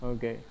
Okay